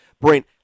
Brent